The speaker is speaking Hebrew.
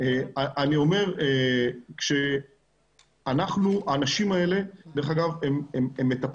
אני אומר, האנשים האלה מטפלים,